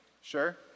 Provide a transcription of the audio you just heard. Sure